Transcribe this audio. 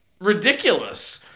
ridiculous